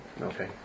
Okay